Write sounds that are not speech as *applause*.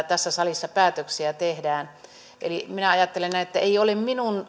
*unintelligible* tässä salissa päätöksiä tehdään eli minä ajattelen näin että ei ole minun